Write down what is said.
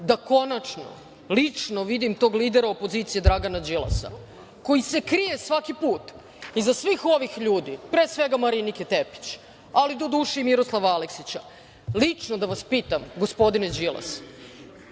da konačno lično vidim tog lidera opozicije Dragana Đilasa, koji se krije svaki put iza svih ovih ljudi, pre svega Marinike Tepić, ali doduše i Miroslava Aleksića, i lično da vas pitam, gospodine Đilas,